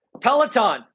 Peloton